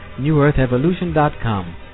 newearthevolution.com